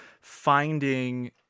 finding